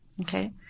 okay